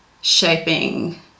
shaping